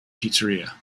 pizzeria